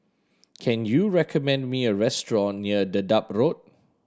can you recommend me a restaurant near Dedap Road